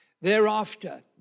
Thereafter